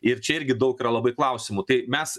ir čia irgi daug yra labai klausimų tai mes